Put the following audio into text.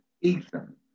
Ethan